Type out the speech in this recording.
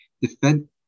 defend